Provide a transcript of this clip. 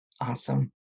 Awesome